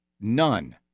None